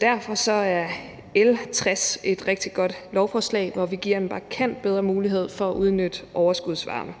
derfor er L 60 et rigtig godt forslag, hvor vi giver en markant bedre mulighed for at udnytte overskudsvarme.